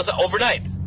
overnight